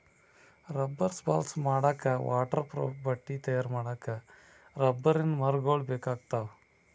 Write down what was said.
rubber balls ಮಾಡಕ್ಕಾ waterproof ಬಟ್ಟಿ ತಯಾರ್ ಮಾಡಕ್ಕ್ ರಬ್ಬರಿನ್ ಮರಗೊಳ್ ಬೇಕಾಗ್ತಾವ